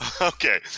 Okay